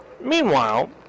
meanwhile